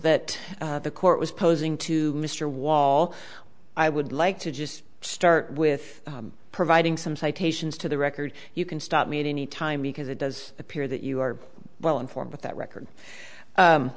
that the court was posing to mr wall i would like to just start with providing some citations to the record you can stop me to any time because it does appear that you are well informed but that record